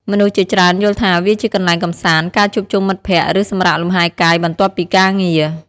មនុស្សជាច្រើនយល់ថាវាជាកន្លែងកម្សាន្ត ការជួបជុំមិត្តភក្តិ ឬសម្រាកលំហែកាយបន្ទាប់ពីការងារ ។